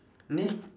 ni~